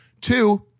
Two